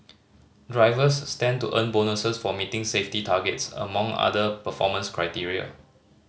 drivers stand to earn bonuses for meeting safety targets among other performance criteria